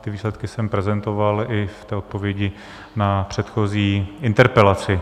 Ty výsledky jsem prezentoval i v odpovědi na předchozí interpelaci.